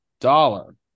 dollar